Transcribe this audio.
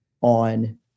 on